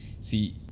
see